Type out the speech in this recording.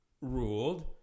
ruled